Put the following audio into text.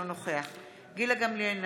אינו נוכח גילה גמליאל,